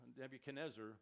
Nebuchadnezzar